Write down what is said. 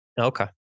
okay